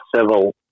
civil